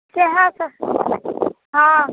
सएहसभ हँ